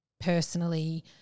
personally